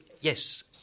yes